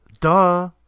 Duh